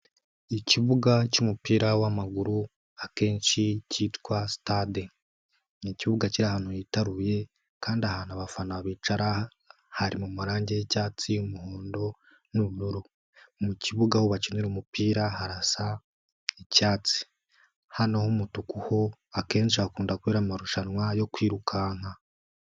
Ikibuga cy'umupira w'amaguru akenshi cyitwa sitade. Ni ikibuga kiri ahantu hitaruye kandi ahantu abafana bicara hari mumarangi y'icyatsi, umuhondo n'ubururu. Mu kibuga aho bakinira umupira harasa icyatsi. Hano h'umutuku ho akenshi hakunda kubera amarushanwa yo kwirukanka.